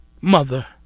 mother